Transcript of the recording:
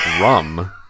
rum